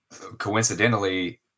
coincidentally